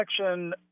section